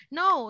no